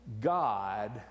God